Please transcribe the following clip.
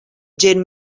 gent